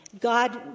God